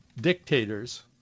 dictators